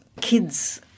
kids